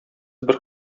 бер